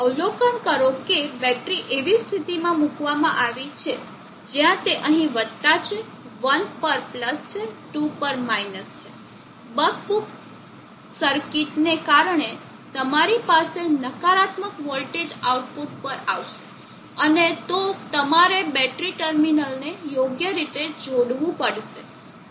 અવલોકન કરો કે બેટરી એવી સ્થિતીમાં મૂકવામાં આવી છે જ્યાં તે અહીં વત્તા છે 1 પર પ્લસ છે 2 પર માઈનસ છે બક બુક સર્કિટ ને કારણે તમારી પાસે નકારાત્મક વોલ્ટેજ આઉટપુટ પર આવશે અને તો તમારે બેટરી ટર્મિનલ્સને યોગ્ય રીતે જોડવું પડશે અને લોડ પણ